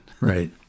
Right